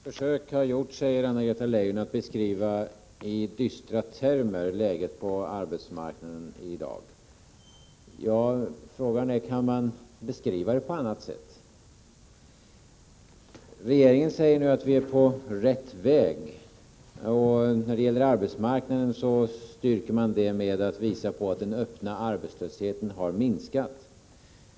Herr talman! Försök har gjorts, säger Anna-Greta Leijon, att i dystra termer beskriva läget på arbetsmarknaden i dag. Frågan är: Kan man beskriva det på annat sätt? Regeringen säger nu att vi är på rätt väg. När det gäller arbetsmarknaden styrker man det med att visa att den öppna arbetslösheten har minskat.